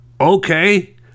Okay